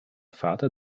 vater